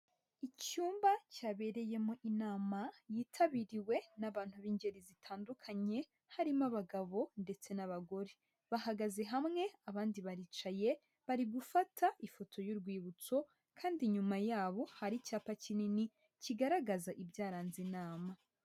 Icyumba cyabereyemo inama yitabiriwe n'abantu b'ingeri zitandukanye harimo abagabo ndetse n'abagore bahagaze hamwe abandi baricaye bari gufata ifoto y'urwibutso kandi inyuma yabo hari icyapa kinini kigaragaza ibyaranze inama.